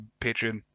Patreon